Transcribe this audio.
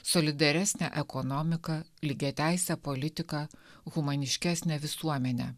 solidaresnę ekonomiką lygiateisę politiką humaniškesnę visuomenę